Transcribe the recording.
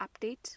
update